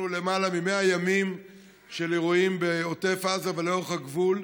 אנחנו לאחר למעלה מ-100 ימים של אירועים בעוטף עזה ולאורך הגבול.